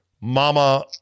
Mama